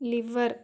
liver